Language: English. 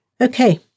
Okay